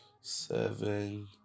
seven